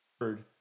heard